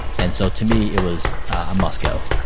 and so to me, it was a must go.